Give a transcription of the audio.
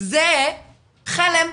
זה חלם,